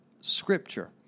scripture